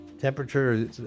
temperature